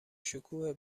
شکوه